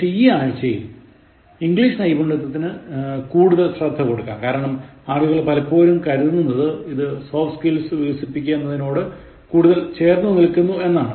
പക്ഷേ ഈ ആഴ്ച്ചയിൽ ഇംഗ്ലീഷ് നൈപുണ്യത്തിന് കൂടുതൽ ശ്രദ്ധ കൊടുക്കാം കാരണം ആളുകൾ പലപ്പോഴും കരുതുന്നത് ഇത് സോഫ്റ്റ് സ്കിൽസ് വികസിപ്പിക്കുക എന്നതിനോട് കൂടുതൽ ചേർന്നു നിൽക്കുന്നു എന്നാണ്